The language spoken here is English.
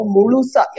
Mulusa